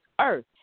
earth